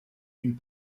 une